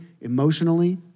emotionally